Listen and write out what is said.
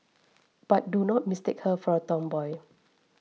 but do not mistake her for a tomboy